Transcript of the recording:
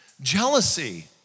jealousy